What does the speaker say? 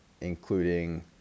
including